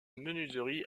menuiserie